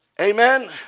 Amen